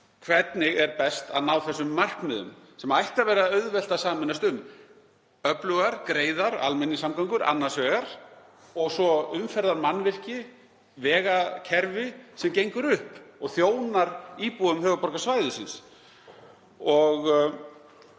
hvernig er best að ná þessum markmiðum, sem ætti að vera auðvelt að sameinast um, öflugum og greiðum almenningssamgöngum annars vegar og svo umferðarmannvirkjum og vegakerfi sem gengur upp og þjónar íbúum höfuðborgarsvæðisins.